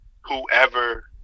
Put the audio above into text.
whoever